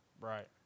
Right